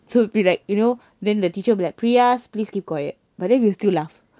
so it'd be like you know then the teacher will be like priyas please keep quiet but then we will still laugh